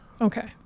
Okay